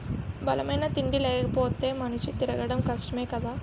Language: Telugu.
బలమైన తిండి లేపోతే మనిషి తిరగడం కష్టమే కదా